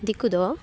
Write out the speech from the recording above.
ᱫᱤᱠᱩ ᱫᱚ